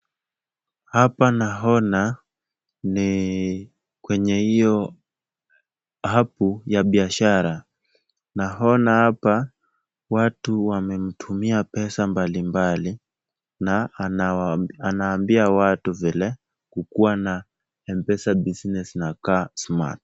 Hapa naona ni kwenye hiyo apu ya biashara. Naona hapa watu wamemtumia pesa mbalimbali na anaambia watu vile kukua na M-Pesa business inakaa smart .